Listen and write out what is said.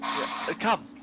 Come